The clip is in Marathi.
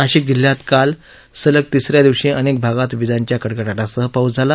नाशिक जिल्ह्यात काल सलग तिसऱ्या दिवशी अनेक भागात विजांच्या कडकडाटासह पाऊस झाला